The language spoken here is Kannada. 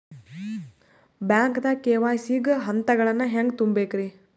ಬ್ಯಾಂಕ್ದಾಗ ಕೆ.ವೈ.ಸಿ ಗ ಹಂತಗಳನ್ನ ಹೆಂಗ್ ತುಂಬೇಕ್ರಿ?